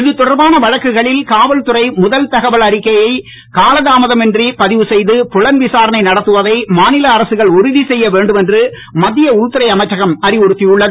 இதுதொடர்பான வழக்குகளில் காவல்துறை முதல்தகவல் அறிக்கையை காலதாமதம் இன்றி பதிவுசெய்து புலன்விசாரணை நடத்துவதை மாநில அரசுகள் உறுதி செய்யவேண்டும் என்று மத்திய உள்துறை அமைச்சகம் அறிவுறுத்தியுள்ளது